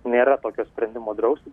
nėra tokio sprendimo drausti